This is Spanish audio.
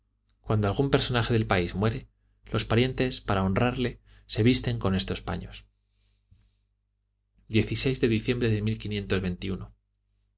cuando algún personaje del país muere los parientes para honrarle se visten con estos paños de diciembre de